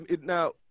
Now